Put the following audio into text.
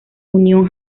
union